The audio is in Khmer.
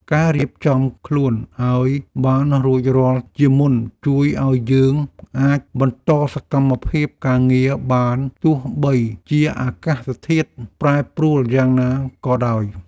ការរៀបចំខ្លួនឱ្យបានរួចរាល់ជាមុនជួយឱ្យយើងអាចបន្តសកម្មភាពការងារបានទោះបីជាអាកាសធាតុប្រែប្រួលយ៉ាងណាក៏ដោយ។